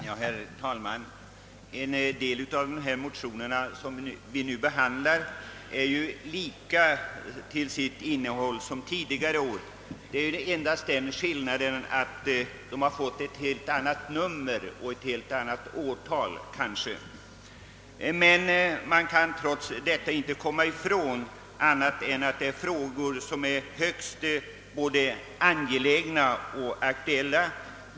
Herr taiman! En del av de motioner som vi nu behandlar är till sitt innehåll lika motioner som avgivits vid tidigare riksdagar. Skillnaden är endast att de har fått andra nummer. Emellertid kan man inte komma ifrån att de gäller frågor som är högst angelägna och aktuella.